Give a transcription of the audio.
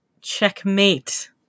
checkmate